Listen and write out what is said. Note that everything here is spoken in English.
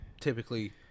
typically